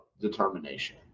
determination